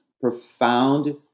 profound